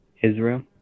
Israel